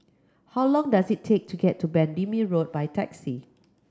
how long does it take to get to Bendemeer Road by taxi